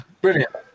Brilliant